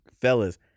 Fellas